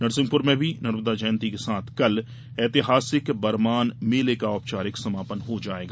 नरसिंहपुर में भी नर्मदा जयंती के साथ कल ऐतिहासिक बरमान मेले का औपचारिक समापन हो जायेगा